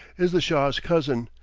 is the shah's cousin,